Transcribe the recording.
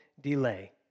delay